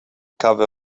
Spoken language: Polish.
kawę